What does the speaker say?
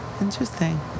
Interesting